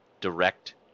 direct